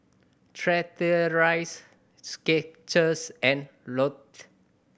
Chateraise Skechers and Lotte